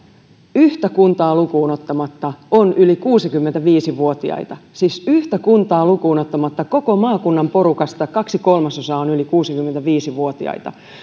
yhtä kuntaa lukuun ottamatta on yli kuusikymmentäviisi vuotiaita siis yhtä kuntaa lukuun ottamatta koko maakunnan porukasta kaksi kolmasosaa on yli kuusikymmentäviisi vuotiaita